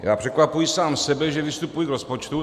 Já překvapuji sám sebe, že vystupuji k rozpočtu.